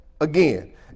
again